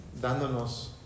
dándonos